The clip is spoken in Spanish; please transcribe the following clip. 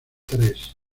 tres